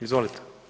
Izvolite.